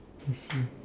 I see